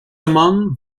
among